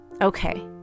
Okay